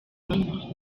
money